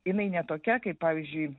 jinai ne tokia kaip pavyzdžiui